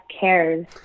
cares